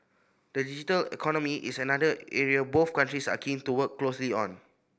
the digital economy is another area both countries are keen to work closely on